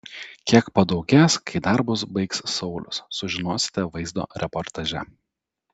kiek padaugės kai darbus baigs saulius sužinosite vaizdo reportaže